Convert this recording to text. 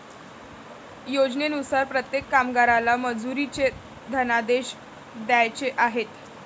योजनेनुसार प्रत्येक कामगाराला मजुरीचे धनादेश द्यायचे आहेत